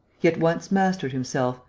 he at once mastered himself,